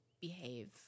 behave